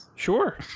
Sure